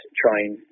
trying